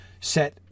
set